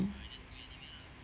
mm